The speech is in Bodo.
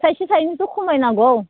थाइसे थाइनैथ' खमायनांगौ